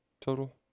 total